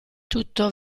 tutto